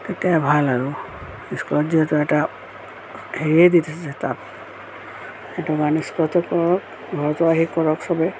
তেতিয়া ভাল আৰু স্কুলত যিহেতু এটা হেৰিয়ে দি থৈছে তাত সেইটো মানি চলাতো কৰক ঘৰতো আহি কৰক চবেই